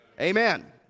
Amen